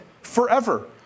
forever